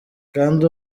kandi